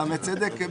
מטעמי צדק?